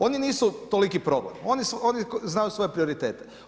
Oni nisu toliki problem, oni znaju svoje prioritete.